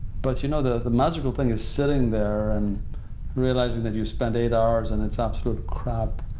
but you know the the magical thing is sitting there and realizing that you've spent eight hours and it's absolute crap,